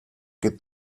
que